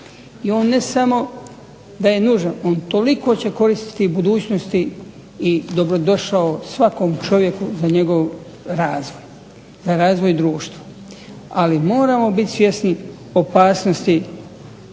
I on ne samo da je nužan on toliko će koristiti budućnosti i dobrodošao svakom čovjeku za njegov razvoj, razvoj društva. ali moramo biti svjesni opasnosti